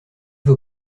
vos